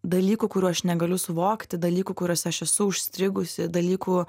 dalykų kurių aš negaliu suvokti dalykų kuriuose aš esu užstrigusi dalykų